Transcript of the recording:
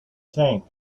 tank